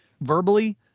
verbally